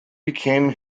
became